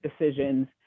decisions